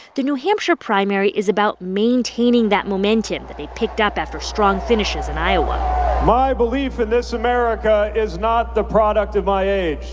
the new hampshire primary is about maintaining that momentum that they picked up after strong finishes in iowa my belief in this america is not the product of my age.